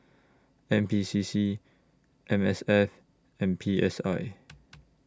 N P C C M S F and P S I